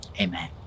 amen